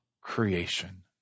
creation